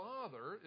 Father